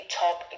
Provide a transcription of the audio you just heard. top